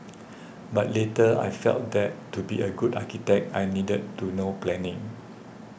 but later I felt that to be a good architect I needed to know planning